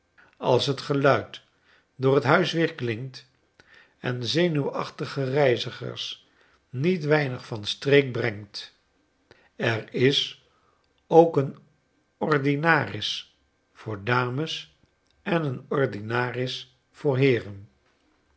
als t geluid door t huis weerklinkt en zenuwaohtige reizigers niet weinig van streek brengt er is ook een ordinaris voor dames en een ordinaris voor heeren